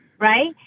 right